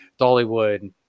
Dollywood